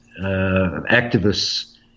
activists